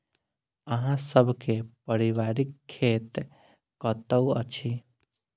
अहाँ सब के पारिवारिक खेत कतौ अछि?